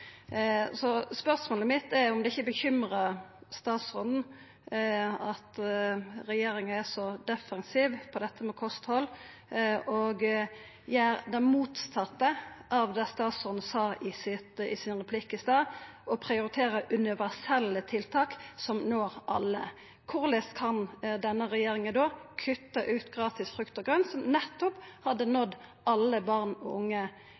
Spørsmålet mitt er om det ikkje bekymrar statsråden at regjeringa er så defensiv når det gjeld kosthald og gjer det motsette av det som statsråden sa i replikken sin i stad, å prioritera universelle tiltak som når alle. Korleis kan denne regjeringa då kutta ut gratis frukt og grønt, som nettopp hadde nådd alle barn og unge,